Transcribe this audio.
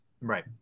right